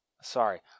Sorry